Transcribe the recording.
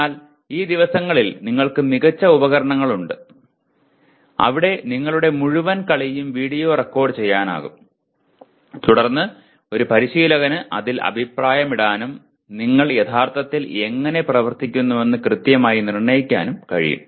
എന്നാൽ ഈ ദിവസങ്ങളിൽ നിങ്ങൾക്ക് മികച്ച ഉപകരണങ്ങൾ ഉണ്ട് അവിടെ നിങ്ങളുടെ മുഴുവൻ കളിയും വീഡിയോ റിക്കോർഡ് ചെയ്യാനാകും തുടർന്ന് ഒരു പരിശീലകന് അതിൽ അഭിപ്രായമിടാനും നിങ്ങൾ യഥാർത്ഥത്തിൽ എങ്ങനെ പ്രവർത്തിക്കുന്നുവെന്ന് കൃത്യമായി നിർണ്ണയിക്കാനും കഴിയും